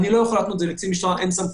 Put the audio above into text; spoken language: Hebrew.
לא, אני רק רוצה ממש נקודה.